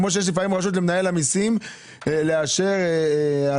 כמו שיש לפעמים רשות למנהל המיסים לאשר -- ינון